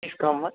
తీసుకోమ్మ